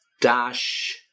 dash